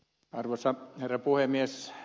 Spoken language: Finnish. arvoisa herra puhemies